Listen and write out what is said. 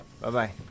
Bye-bye